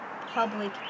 public